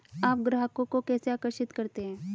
आप ग्राहकों को कैसे आकर्षित करते हैं?